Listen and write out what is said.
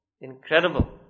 Incredible